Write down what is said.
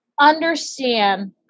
understand